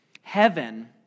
Heaven